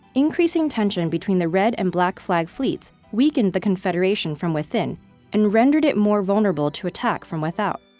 increasing tension between the red and black flag fleets weakened the confederation from within and rendered it more vulnerable to attack from without.